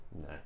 No